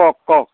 কওক কওক